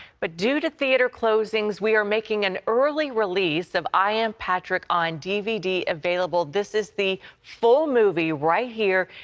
but due to theater closings, we are making an early release of i am patrick on dvd available. this is the full movie right here.